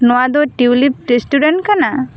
ᱱᱚᱣᱟ ᱫᱚ tulip restaurant ᱠᱟᱱᱟ